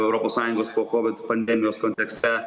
europos sąjungos po covid pandemijos kontekste